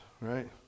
right